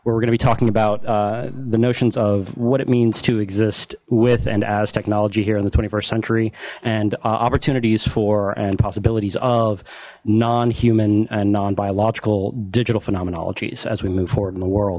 we're gonna be talking about the notions of what it means to exist with and as technology here in the st century and opportunities for and possibilities of non human and non biological digital phenomenology x as we move forward in the world